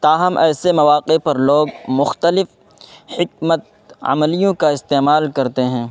تاہم ایسے مواقع پر لوگ مختلف حکمت عملیوں کا استعمال کرتے ہیں